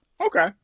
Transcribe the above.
Okay